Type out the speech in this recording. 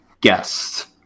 guest